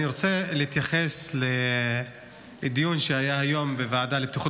אני רוצה להתייחס לדיון שהיה היום בוועדה לבטיחות